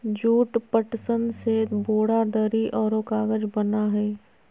jute, पटसन से बोरा, दरी औरो कागज बना हइ